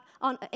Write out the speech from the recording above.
on